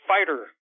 fighter